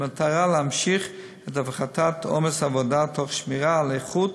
במטרה להמשיך את הפחתת עומס העבודה תוך שמירה על האיכות